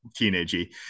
teenagey